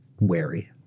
wary